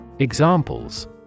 Examples